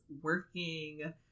working